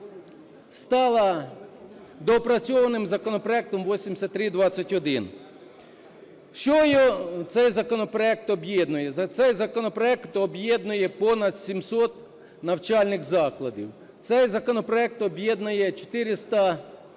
стала доопрацьованим законопроектом 8321. Що цей законопроект об'єднує? Цей законопроект об'єднує понад 700 навчальних закладів. Цей законопроект об'єднує 400